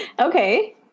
Okay